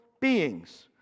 beings